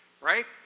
right